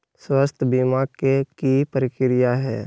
स्वास्थ बीमा के की प्रक्रिया है?